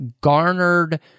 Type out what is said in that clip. garnered